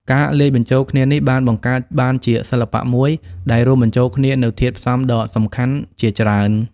ការលាយបញ្ចូលគ្នានេះបានបង្កើតបានជាសិល្បៈមួយដែលរួមបញ្ចូលគ្នានូវធាតុផ្សំដ៏សំខាន់ជាច្រើន៖